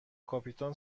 کاپیتان